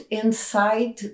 inside